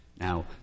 Now